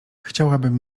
chciałabym